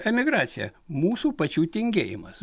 emigraciją mūsų pačių tingėjimas